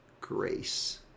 grace